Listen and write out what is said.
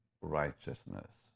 righteousness